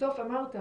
בסוף אמרת,